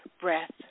breath